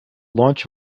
launch